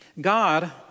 God